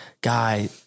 guy